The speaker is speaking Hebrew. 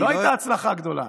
ולא הייתה הצלחה גדולה.